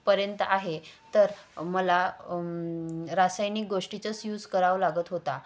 पर्यंत आहे तर मला रासायनिक गोष्टीचाच यूज करावं लागत होता